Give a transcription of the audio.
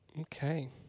Okay